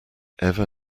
ever